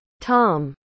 Tom